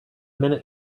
minute